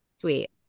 sweet